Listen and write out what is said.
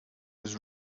was